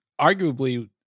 arguably